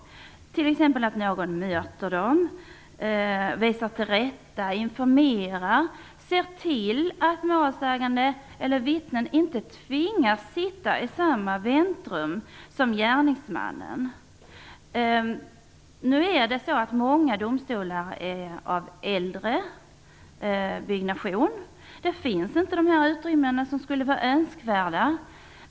Det kan t.ex. vara att någon möter dem, visar till rätta, informerar, ser till att målsägande eller vittnen inte tvingas sitta i samma väntrum som gärningsmannen. Många domstolar är äldre byggnader. Det finns inte de utrymmen som skulle vara önskvärda.